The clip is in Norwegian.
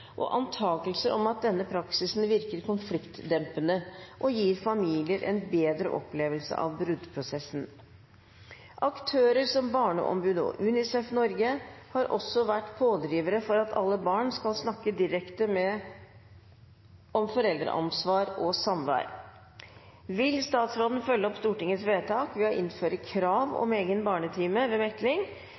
direkte med om foreldreansvar og samvær. Så mitt spørsmål til statsråden i dag er: Vil statsråden følge opp Stortingets vedtak ved å innføre krav om egen barnetime ved mekling